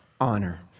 honor